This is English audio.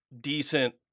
decent